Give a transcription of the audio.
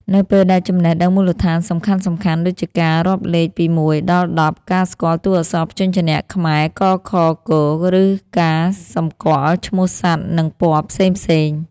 នៅពេលដែលចំណេះដឹងមូលដ្ឋានសំខាន់ៗ ដូចជាការរាប់លេខពី ១ ដល់ ១០ ការស្គាល់តួអក្សរព្យញ្ជនៈខ្មែរ ក ខ គ ឬការសម្គាល់ឈ្មោះសត្វ និងពណ៌ផ្សេងៗ